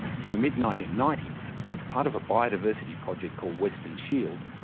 from the mid nineteen ninety s, as part of a biodiversity project called western shield,